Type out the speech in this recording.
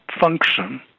function